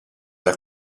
alla